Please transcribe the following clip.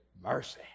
mercy